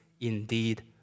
indeed